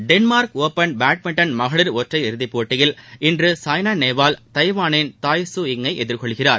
Denmark open badminton மகளிர் ஒற்றையர் இறுதிப்போட்டியில் இன்று சாய்னா நேவால் தைவானின் டாய் ட்சு யிங் ஐ எதிர்கொள்கிறார்